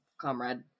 comrade